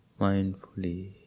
mindfully